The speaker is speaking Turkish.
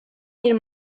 bir